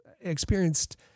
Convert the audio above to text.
experienced